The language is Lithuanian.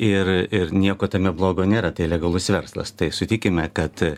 ir ir nieko tame blogo nėra tai legalus verslas tai sutikime kad